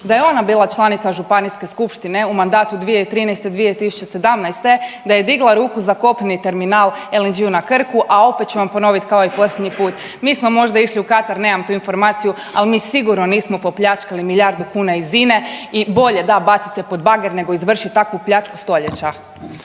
da je ona bila članica županijske skupštine u mandatu 2013.-2017. da je digla ruku za kopneni terminal LNG na Krku, a opet ću vam ponovit kao i posljednji put. Mi smo možda išli u Katar, nemam tu informaciju, al mi sigurno nismo popljačkali milijardu kuna INA-e i bolje da bacit se pod bager nego izvršit takvu pljačku stoljeća.